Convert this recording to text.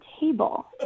table